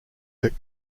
that